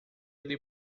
ele